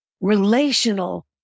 relational